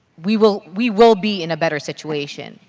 we will we will be in a better situation.